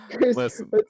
Listen